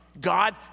God